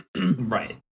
Right